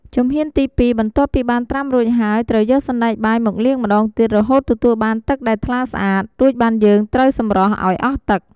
ជំហានទីពីរ បន្ទាប់ពីបានត្រាំរួចហើយ ត្រូវយកសណ្ដែកបាយមកលាងម្ដងទៀតរហូតទទួលបានទឹកដែលថ្លាស្អាត រួចបានយើងត្រូវសម្រោះឱ្យអស់ទឹក។